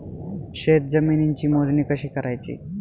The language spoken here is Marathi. शेत जमिनीची मोजणी कशी करायची?